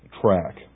track